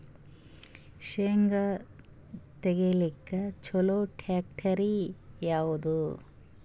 ಶೇಂಗಾ ತೆಗಿಲಿಕ್ಕ ಚಲೋ ಟ್ಯಾಕ್ಟರಿ ಯಾವಾದು?